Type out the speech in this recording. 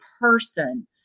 person